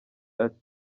ati